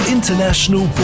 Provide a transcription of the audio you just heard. International